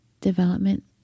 development